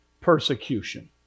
persecution